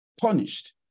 punished